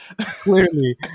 Clearly